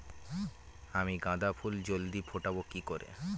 আমি গাঁদা ফুল জলদি ফোটাবো কি করে?